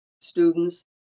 students